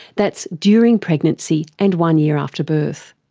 that's during pregnancy and one year after birth.